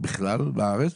בכלל בארץ,